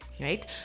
right